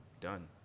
done